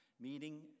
Meeting